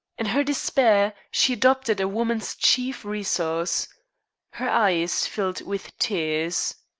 in her despair, she adopted a woman's chief resource her eyes filled with tears.